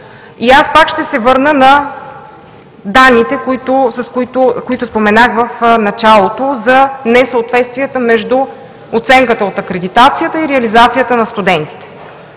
Аз пак ще се върна на данните, които споменах в началото, за несъответствията между оценката от акредитацията и реализацията на студентите.